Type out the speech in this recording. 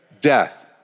Death